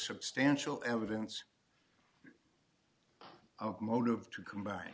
substantial evidence of motive to combine